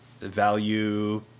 value